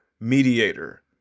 mediator